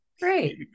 great